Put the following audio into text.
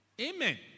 Amen